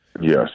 yes